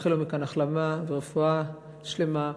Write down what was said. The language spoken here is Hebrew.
נאחל לו מכאן החלמה ורפואה שלמה.